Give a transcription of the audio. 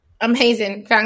Amazing